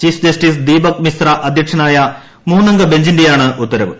chief justice Deepak Mishra അധ്യക്ഷനായ മൂന്നംഗ ബഞ്ചിന്റെയാണ് ഉത്തരവ്